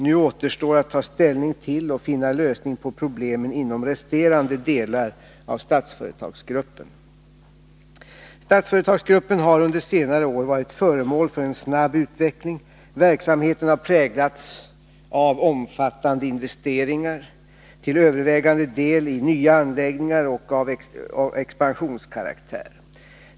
Nu återstår att ta ställning till och finna lösning på problemen inom resterande delar av Statsföretagsgruppen. Statsföretagsgruppen har under senare år varit föremål för en snabb utveckling. Verksamheten har präglats av omfattande investeringar, till övervägande del i nya anläggningar och av expansionskaraktär.